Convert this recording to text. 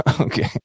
Okay